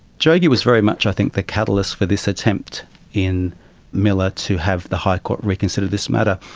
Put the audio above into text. jogee was very much i think the catalyst for this attempt in miller to have the high court reconsider this matter.